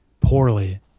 poorly